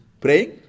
praying